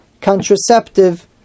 contraceptive